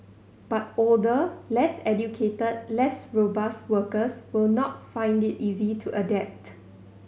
but older less educated less robust workers will not find it easy to adapt